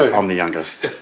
ah um the youngest.